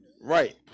Right